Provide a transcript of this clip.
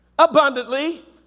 abundantly